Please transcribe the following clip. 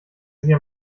sie